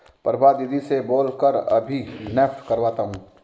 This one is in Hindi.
प्रभा दीदी से बोल कर अभी नेफ्ट करवाता हूं